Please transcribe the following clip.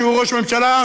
שהוא ראש ממשלה,